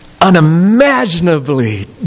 unimaginably